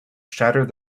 shattered